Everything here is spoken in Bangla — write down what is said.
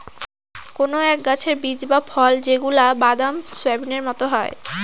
কোনো এক গাছের বীজ বা ফল যেগুলা বাদাম, সোয়াবিনের মতো হয়